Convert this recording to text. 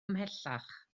ymhellach